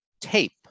tape